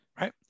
right